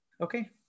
Okay